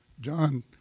John